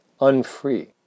unfree